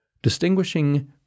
Distinguishing